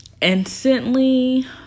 instantly